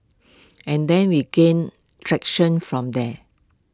and then we gained traction from there